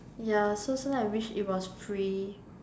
ya so so I wish it was free